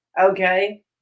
Okay